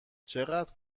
چقدر